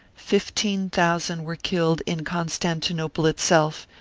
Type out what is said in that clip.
fifteen thousand were killed in constantinople itself,